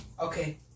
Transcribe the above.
Okay